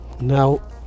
Now